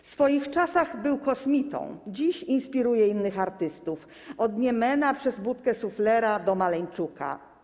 W swoich czasach był kosmitą, dziś inspiruje innych artystów: od Niemena przez Budkę Suflera do Maleńczuka.